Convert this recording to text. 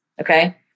Okay